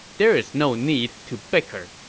there is no need to bicker.